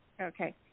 Okay